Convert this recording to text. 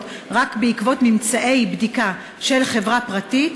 רק בעקבות ממצאי בדיקה של חברה פרטית,